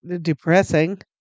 depressing